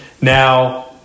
Now